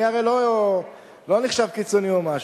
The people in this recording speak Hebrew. אני הרי לא נחשב קיצוני או משהו.